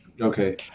Okay